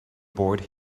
board